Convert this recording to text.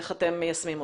איך אתם מיישמים אותה.